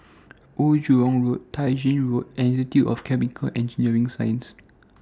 Old Jurong Road Tai Gin Road and Institute of Chemical and Engineering Sciences